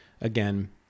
again